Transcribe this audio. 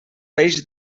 peix